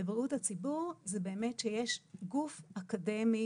ובריאות הציבור זה באמת שיש גוף אקדמי